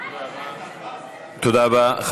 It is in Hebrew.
תודה רבה.